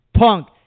Punk